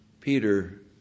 Peter